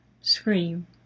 scream